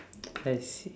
I see